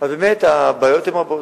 באמת הבעיות הן רבות.